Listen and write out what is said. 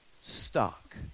stuck